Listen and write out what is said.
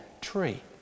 tree